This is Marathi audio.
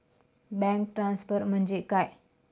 बँक ट्रान्सफर म्हणजे काय?